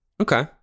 okay